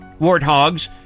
warthogs